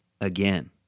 again